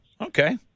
okay